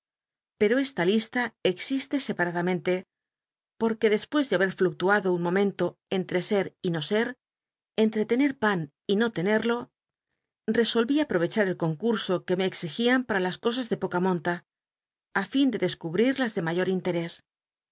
pero esta lista existe separadamente porque despues de habct fluctuado un momento entte ser y no ser entretener pan y no tenerlo resolví aprovechar el concurso que me exigian para las cosas de poca monta ú fin de descubtir las de mayor interés